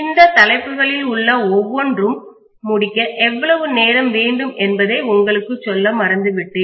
இந்த தலைப்புகளில் உள்ள ஒவ்வொன்றும் முடிக்க எவ்வளவு நேரம் வேண்டும் என்பதை உங்களுக்குச் சொல்ல மறந்துவிட்டேன்